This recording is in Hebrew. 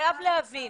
אתה חייב להבין,